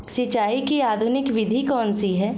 सिंचाई की आधुनिक विधि कौनसी हैं?